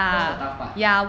that's a tough part